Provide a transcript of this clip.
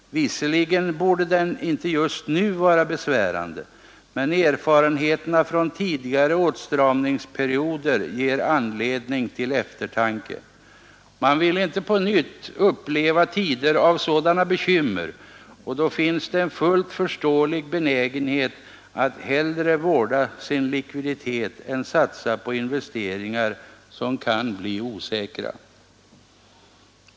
Visserligen borde den inte just nu vara besvärande, men erfarenheterna från tidigare åtstramningsperioder ger anledning till eftertanke. Man vill inte på nytt uppleva tider av sådana bekymmer, och då finns det en fullt förståelig benägenhet att hellre vårda sin likviditet än satsa på investeringar, som kan bli osäkra.